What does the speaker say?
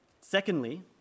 Secondly